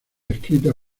escrita